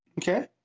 Okay